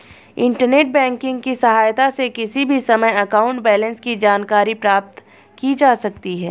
internet banking की सहायता से किसी भी समय अकाउंट बैलेंस की जानकारी प्राप्त की जा सकती है